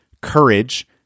courage